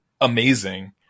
amazing